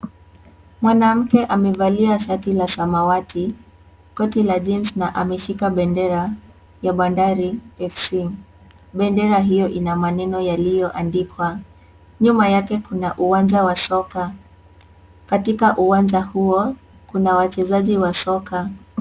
Mwanamke amevalia shati la samawati ,koti la (CS)jeans(CS)na ameshika bendera ya Bandari FC. Bendera hiyo ina maneno yaliyoandikwa ,nyuma yake kuna uwanja wa soka . Katika uwanja huo kuna wachezaji wa soka.